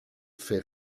fait